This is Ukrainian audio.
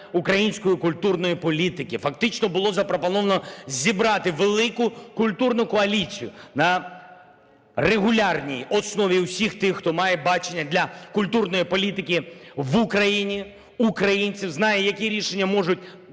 української культурної політики. Фактично було запропоновано зібрати велику культурну коаліцію на регулярній основі всіх тих, хто має бачення для культурної політики в Україні українців, знає, які рішення можуть